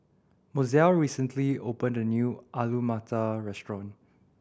Mozelle recently opened a new Alu Matar Restaurant